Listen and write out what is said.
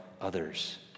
others